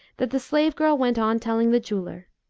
that the slave-girl went on telling the jeweller,